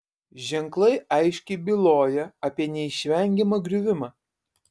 ženklai aiškiai byloja apie neišvengiamą griuvimą